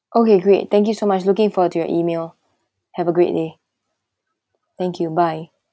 okay great thank you so much looking for to your email have a great day thank you bye